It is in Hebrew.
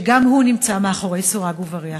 שגם הוא נמצא מאחורי סורג ובריח.